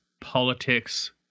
politics